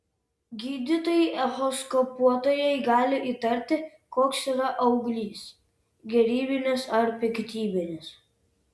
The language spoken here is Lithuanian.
gydytojai echoskopuotojai gali įtarti koks yra auglys gerybinis ar piktybinis